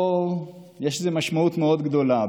יש לזה משמעות מאוד גדולה.